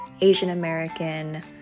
Asian-American